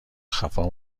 خفا